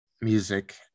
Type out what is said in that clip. music